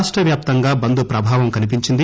రాష్టవ్యాప్తంగా బంద్ ప్రభావం కనిపించింది